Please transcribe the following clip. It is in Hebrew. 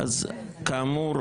כאמור,